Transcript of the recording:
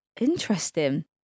Interesting